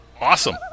Awesome